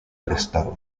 prestaba